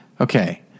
Okay